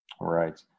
Right